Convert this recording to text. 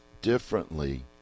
differently